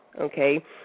okay